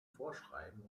vorschreiben